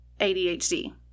ADHD